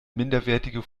minderwertige